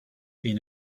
been